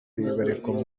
ibarirwa